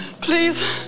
Please